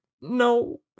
no